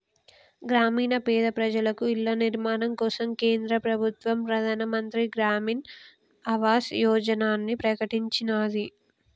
గ్రామీణ పేద ప్రజలకు ఇళ్ల నిర్మాణం కోసం కేంద్ర ప్రభుత్వం ప్రధాన్ మంత్రి గ్రామీన్ ఆవాస్ యోజనని ప్రకటించినాది